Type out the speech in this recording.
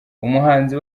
umuhanzi